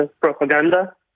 propaganda